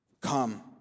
Come